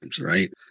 Right